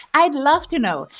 i'd love to know.